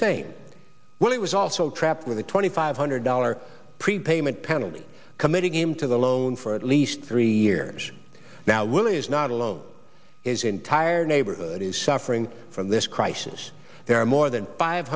same when he was also trapped with a twenty five hundred dollar prepayment penalty committing him to the loan for at least three years now will is not alone his entire neighborhood is suffering from this crisis there are more than five